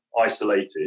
isolated